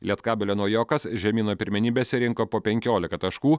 lietkabelio naujokas žemynoj pirmenybėse rinko po penkiolika taškų